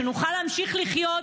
שנוכל להמשיך לחיות,